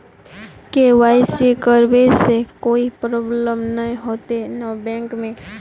KYC करबे से कोई प्रॉब्लम नय होते न बैंक में?